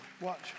Watch